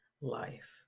life